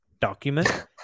document